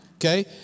Okay